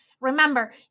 Remember